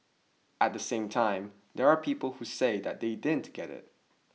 at the same time there are people who say that they didn't get it